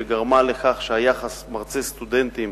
שגרמה לכך שהיחס מרצה סטודנטים